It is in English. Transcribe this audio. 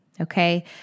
okay